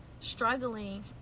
Struggling